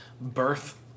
birth